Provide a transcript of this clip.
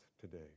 today